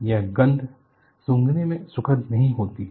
यह गंध सुंघने में सुखद नहीं होती है